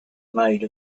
made